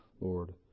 Lord